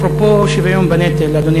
אפרופו שוויון בנטל, אדוני